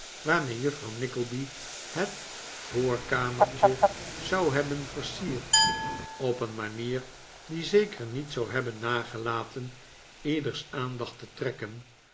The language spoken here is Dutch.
waarmee juffrouw nickleby het voorkamertje zou hebben versierd op een manier die zeker niet zou hebben nagelaten ieders aandacht te trekken